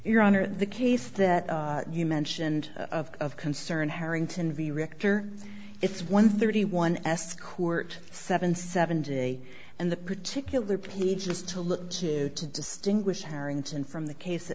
your honor the case that you mentioned of of concern harrington v richter it's one thirty one escort seven seven day and the particular peaches to look to to distinguish harrington from the case